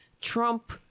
trump